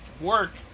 work